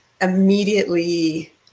immediately